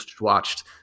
watched